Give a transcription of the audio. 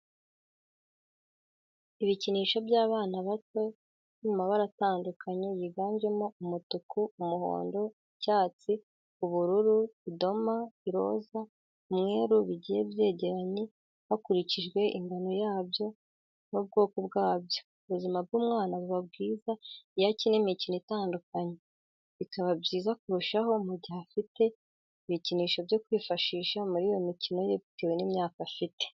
Ibikinisho by'abana bato biri mu mabara atandukanye yiganjemo umutuku, umuhondo, icyatsi, ubururu, idoma, iroza, umweru, bigiye byegeranye hakurikijwe ingano yabyo n'ubwokobwabyo ubuzima bw'umwana buba bwiza iyo akina imikino itandukanye, bikaba byiza kurushaho mu gihe afite ibikinisho byo kwifashisha muri iyo mikino ye bitewe n'imyaka afite.